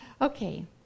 Okay